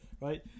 right